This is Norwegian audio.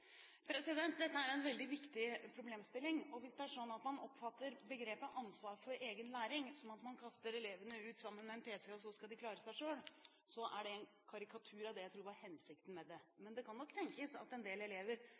Dette er en veldig viktig problemstilling. Hvis det er sånn at man oppfatter begrepet «ansvar for egen læring» som at man kaster elevene ut sammen med en pc og så skal de klare seg selv, så er det en karikatur av det jeg tror var hensikten med det. Men det kan nok tenkes at en del elever